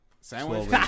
sandwich